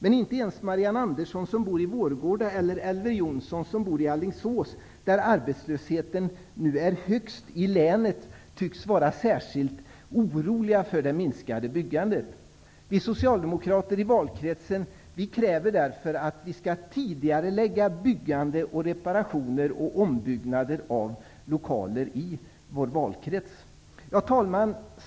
Men inte ens Marianne Andersson, som bor i Vårgårda, eller Elver Jonsson, som bor i Alingsås, där arbetslösheten nu är högst i länet, tycks vara särskilt oroliga för det minskade byggandet. Vi socialdemokrater i valkretsen kräver därför att byggande, reparationer och ombyggnader av lokaler i Norra Älvsborg skall tidigareläggas. Fru talman!